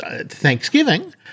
Thanksgiving